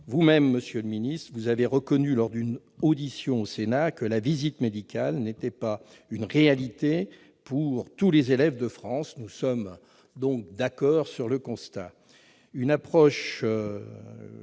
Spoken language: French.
Vous-même, monsieur le ministre, avez reconnu, lors d'une audition au Sénat, que la visite médicale « n'était pas une réalité pour tous les élèves de France ». Nous sommes donc d'accord sur le constat.